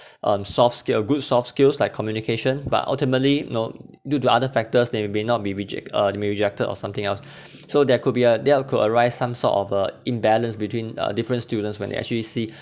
um soft skill a good soft skills like communication but ultimately not due to other factors they they may not be reject uh may rejected or something else so there could be a there could arise some sort of uh imbalance between uh different students when they actually see